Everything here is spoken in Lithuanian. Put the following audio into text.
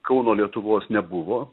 kauno lietuvos nebuvo